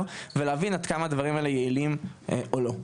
ונדע עד כמה הדברים האלו יעלים או לא.